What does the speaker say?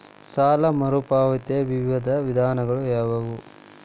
ಸಾಲ ಮರುಪಾವತಿಯ ವಿವಿಧ ವಿಧಾನಗಳು ಯಾವುವು?